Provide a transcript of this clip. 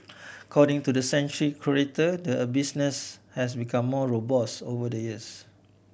according to the sanctuary curator the business has become more robust over the years